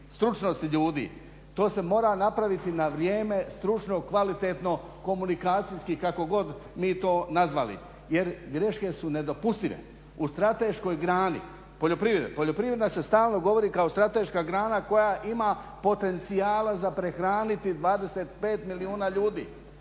stručnosti ljudi. To se mora napraviti na vrijeme, stručno, kvalitetno, komunikacijski, kako god mi to nazvali, jer greške su nedopustive u strateškoj grani poljoprivredi. Poljoprivreda se stalno govori kao strateška grana koja ima potencijala za prehraniti 25 milijuna ljudi.